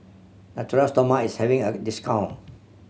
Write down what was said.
Natura Stoma is having at discount